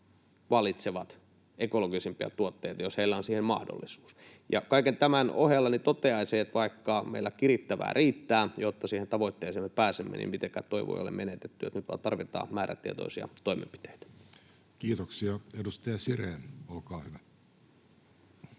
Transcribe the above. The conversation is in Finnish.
valitsevat ekologisempia tuotteita, jos heillä on siihen mahdollisuus, ja kaiken tämän ohella toteaisin, että vaikka meillä kirittävää riittää, jotta siihen tavoitteeseen pääsemme, niin mitenkään toivoa ei ole menetetty, että nyt vain tarvitaan määrätietoisia toimenpiteitä. Kiitoksia. — Edustaja Sirén, olkaa hyvä.